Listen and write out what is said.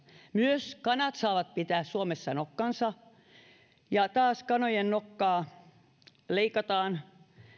myös kanat saavat pitää suomessa nokkansa kun taas kanojen nokkia leikataan